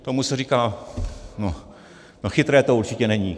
Tomu se říká no, chytré to určitě není.